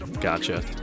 Gotcha